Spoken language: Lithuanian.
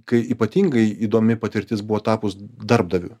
kai ypatingai įdomi patirtis buvo tapus darbdaviu